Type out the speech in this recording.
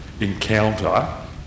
encounter